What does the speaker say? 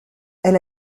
elle